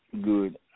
good